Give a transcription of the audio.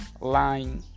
line